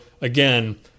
again